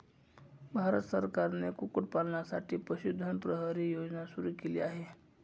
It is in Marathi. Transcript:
भारत सरकारने कुक्कुटपालनासाठी पशुधन प्रहरी योजना सुरू केली आहे